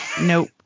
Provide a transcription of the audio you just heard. Nope